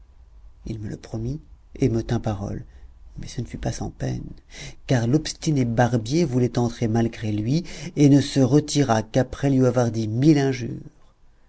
il me le promit et me tint parole mais ce ne fut pas sans peine car l'obstiné barbier voulait entrer malgré lui et ne se retira qu'après lui avoir dit mille injures